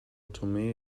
tomé